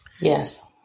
yes